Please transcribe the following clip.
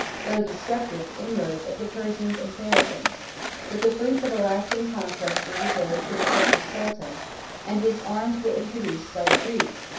though destructive, inroads of the persians and saracens but the fruits of a lasting conquest were reserved for the turkish sultan and his arms were introduced by the greeks,